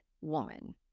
woman